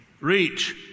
reach